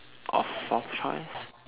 or fourth choice